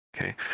Okay